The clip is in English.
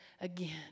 again